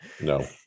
no